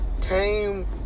tame